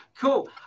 Cool